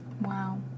Wow